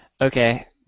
Okay